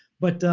but